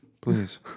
please